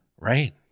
right